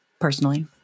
personally